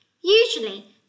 Usually